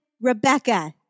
Rebecca